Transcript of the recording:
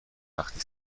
وقتی